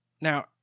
Now